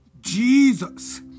Jesus